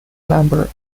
member